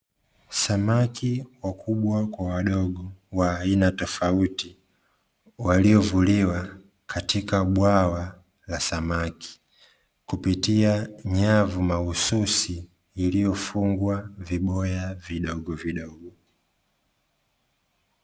Samaki wakubwa kwa wadogo wa aina tofauti, waliovuliwa katika bwawa la samaki kupitia nyavu mahususi iliyofungwa viboya vidogovidogo.